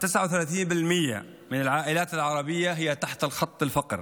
אז 39% מהמשפחות הערביות הן מתחת לקו העוני,